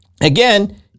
Again